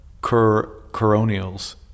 Coronials